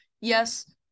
yes